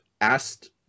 asked